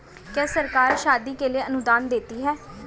क्या सरकार शादी के लिए अनुदान देती है?